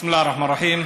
בסם אללה א-רחמאן א-רחים.